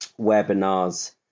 webinars